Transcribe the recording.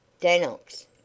Danox